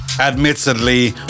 admittedly